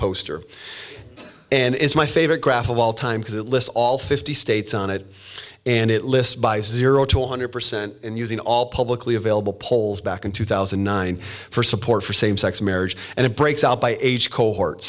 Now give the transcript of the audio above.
poster and it's my favorite graph of all time because it lists all fifty states on it and it lists by zero to one hundred percent using all publicly available polls back in two thousand and nine for support for same sex marriage and it breaks out by age cohort